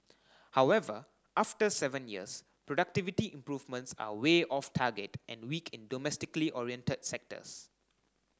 however after seven years productivity improvements are way off target and weak in domestically oriented sectors